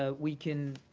ah we can